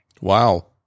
Wow